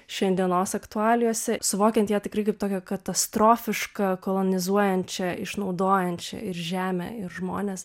šiandienos aktualijose suvokiant ją tikrai kaip tokią katastrofišką kolonizuojančią išnaudojančią ir žemę ir žmones